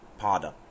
pada